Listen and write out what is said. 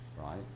right